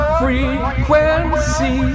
frequency